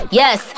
yes